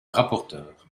rapporteur